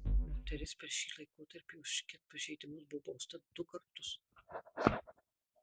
moteris per šį laikotarpį už ket pažeidimus buvo bausta du kartus